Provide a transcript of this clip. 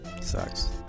Sucks